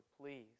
please